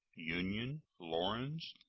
union, laurens,